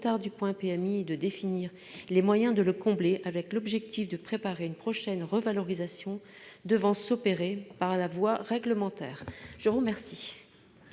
retard du point de PMI et de définir les moyens de le combler, avec l'objectif de préparer une prochaine revalorisation devant s'opérer par la voie réglementaire. Quel